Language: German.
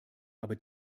aber